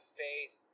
faith